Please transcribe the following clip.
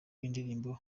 y’indirimbo